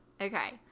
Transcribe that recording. Okay